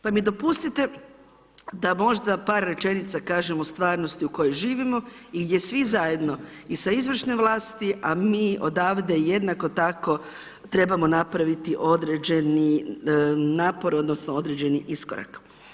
Pa mi dopustite, da možda par rečenica kažemo o stvarnosti u kojoj živimo i gdje svi zajedno i sa izvršnom vlasti, a mi odavde, jednako tako trebamo napraviti određeni napor, odnosno, određeni iskorak.